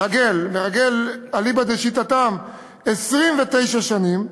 מרגל אליבא דשיטתם, 29 שנים.